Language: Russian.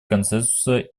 консенсуса